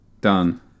Done